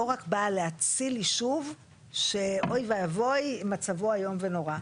רק באה להציל יישוב ש-אוי ואבוי מצבו איום ונורא.